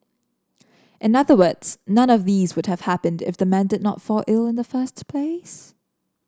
in other words none of these would have happened if the man did not fall ill in the first place